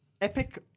Epic